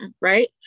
right